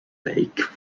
lake